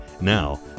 Now